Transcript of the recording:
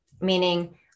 meaning